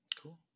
Cool